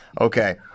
Okay